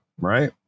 right